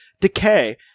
decay